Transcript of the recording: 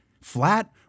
Flat